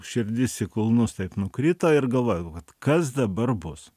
širdis į kulnus taip nukrito ir galvojau vat kas dabar bus